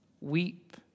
Weep